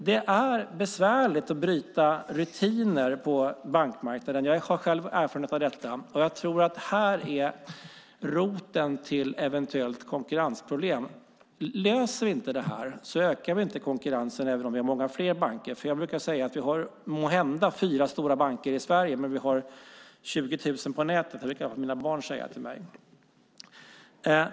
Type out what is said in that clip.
Det är besvärligt att bryta rutiner på bankmarknaden. Jag har själv erfarenhet av detta. Och jag tror att här finns roten till eventuella konkurrensproblem. Löser vi inte dem ökar vi inte konkurrensen, även om vi har många fler banker. Jag brukar säga att vi måhända har fyra stora banker i Sverige. Men vi har 20 000 på nätet, brukar mina barn säga till mig.